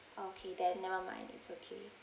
okay then never mind it's okay